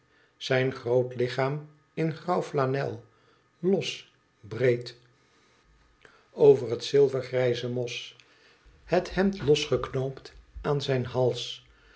zijn groote lichaam in grauw flanel los breed over het zilvergrijze mos het hemd los geknoopt aan zijn hals